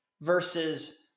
versus